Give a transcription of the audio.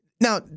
Now